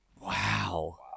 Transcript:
Wow